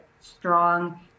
strong